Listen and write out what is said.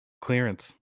clearance